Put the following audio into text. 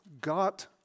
got